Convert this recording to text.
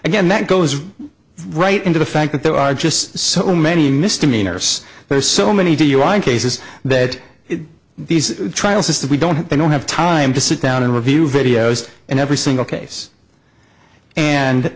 again that goes right into the fact that there are just so many misdemeanors there are so many do you want cases that these trials is that we don't they don't have time to sit down and review videos and every single case and